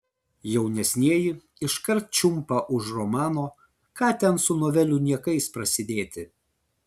jaunesnieji iškart čiumpa už romano ką ten su novelių niekais prasidėti